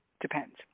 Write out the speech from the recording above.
depends